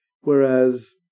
Whereas